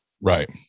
Right